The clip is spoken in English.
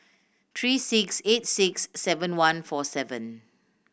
three six eight six seven one four seven